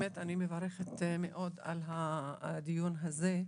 אני מברכת מאוד על הדיון הזה.